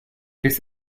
biss